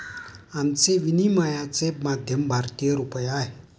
आमचे विनिमयाचे माध्यम भारतीय रुपया आहे